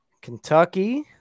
Kentucky